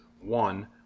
One